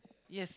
yes